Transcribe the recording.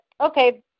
okay